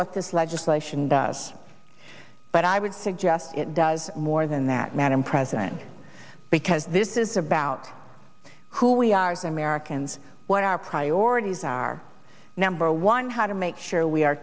what this legislation does but i would suggest it does more than that madam president because this is about who we are as americans what our priorities are number one how to make sure we are